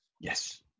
Yes